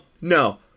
no